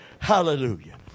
Hallelujah